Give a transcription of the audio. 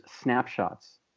snapshots